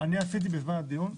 אני עשיתי בזמן הדיון,